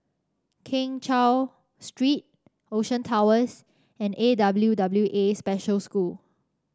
Keng Cheow Street Ocean Towers and A W W A Special School